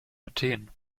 athen